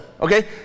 okay